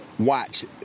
Watch